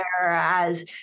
whereas